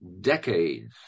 decades